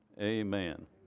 amen